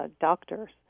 doctors